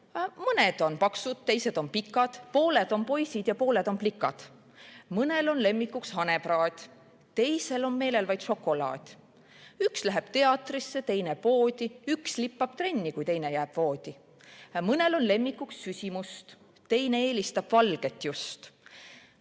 Mõned on paksud, teised on pikad, pooled on poisid ja pooled on plikad. Mõnel on lemmikuks hanepraad, teisel on meelel vaid šokolaad. Üks läheb teatrisse, teine poodi, üks lippab trenni, kui teine jääb voodi. Mõnel on lemmikuks süsimust, teine eelistab valget just.